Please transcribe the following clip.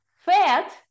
fat